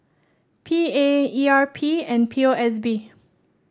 P A E R P and P O S B